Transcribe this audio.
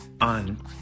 on